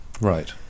Right